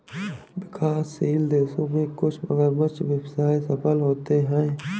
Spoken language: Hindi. विकासशील देशों में कुछ मगरमच्छ व्यवसाय सफल होते हैं